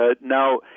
Now